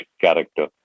character